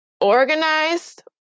organized